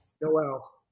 Noel